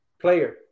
player